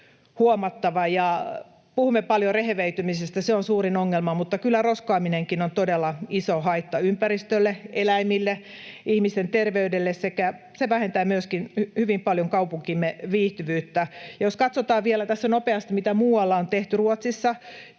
Puhumme paljon rehevöitymisestä. Se on suurin ongelma, mutta kyllä roskaaminenkin on todella iso haitta ympäristölle, eläimille, ihmisten terveydelle, ja se vähentää myöskin hyvin paljon kaupunkimme viihtyvyyttä. Jos katsotaan vielä nopeasti, mitä muualla on tehty, niin Ruotsissa,